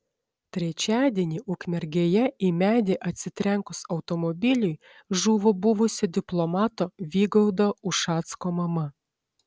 trečiadienį ukmergėje į medį atsitrenkus automobiliui žuvo buvusio diplomato vygaudo ušacko mama